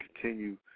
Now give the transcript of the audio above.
continue